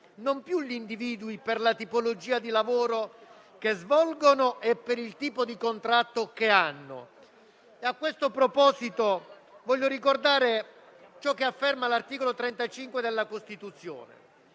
non più gli individui, per la tipologia di lavoro che svolgono e per il tipo di contratto che hanno. A questo proposito, voglio ricordare ciò che afferma l'articolo 35 della Costituzione: